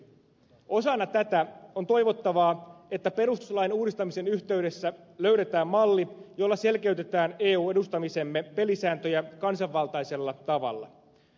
osana tätä on toivottavaa että perustuslain uudistamisen yhteydessä löydetään malli jolla selkeytetään eu edustamisemme pelisääntöjä kansanvaltaisella tavalla